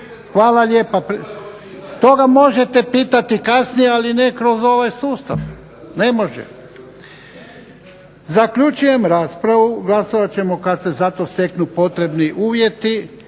Hvala lijepa. To ga možete pitati kasnije, ali ne kroz ovaj sustav. Ne može. Zaključujem raspravu. Glasovat ćemo kad se za to steknu potrebni uvjeti.